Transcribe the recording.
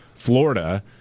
Florida